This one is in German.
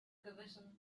gewissen